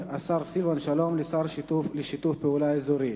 השר סילבן שלום לשר לשיתוף פעולה אזורי.